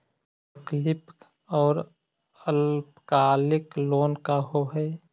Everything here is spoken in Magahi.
वैकल्पिक और अल्पकालिक लोन का होव हइ?